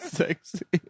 sexy